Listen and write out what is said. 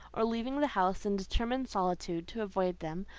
or leaving the house in determined solitude to avoid them,